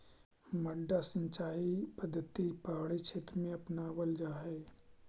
मड्डा सिंचाई पद्धति पहाड़ी क्षेत्र में अपनावल जा हइ